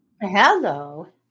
hello